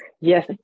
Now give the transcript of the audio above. Yes